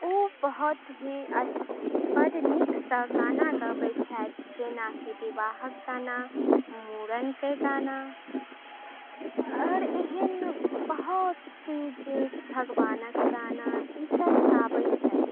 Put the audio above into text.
ओ बहुत ही अच्छा गाना गाबै छथि जेनाकि विवाहक गाना मुरनके गाना आओर एहन बहुत चीज अछि भगवानक गाना ई सब गाबै छथि